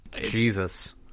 Jesus